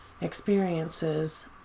experiences